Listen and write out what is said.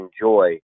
enjoy